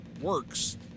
works